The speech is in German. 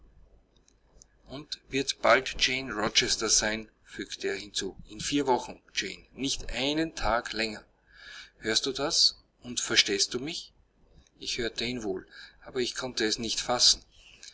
und wird bald jane rochester sein fügte er hinzu in vier wochen jane nicht einen tag länger hörst du das und verstehst du mich ich hörte ihn wohl aber ich konnte es nicht fassen